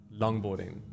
longboarding